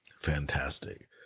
fantastic